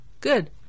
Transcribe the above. Good